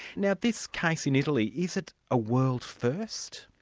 now this case in italy, is it a world-first?